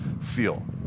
feel